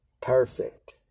perfect